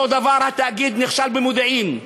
אותו דבר התאגיד נכשל במודיעין.